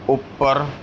ਉੱਪਰ